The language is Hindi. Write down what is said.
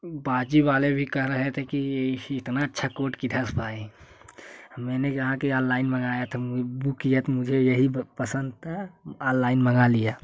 बाजू वाले भी कह रहे थे कि इतना अच्छा कोट किधर से पाए मैंने जहाँ के ऑनलाइन मंगाया था बुक किया तो मुझे यही पसंद था ऑनलाइन मंगा लिया